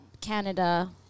Canada